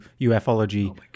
ufology